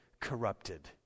corrupted